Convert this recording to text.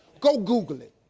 go google it.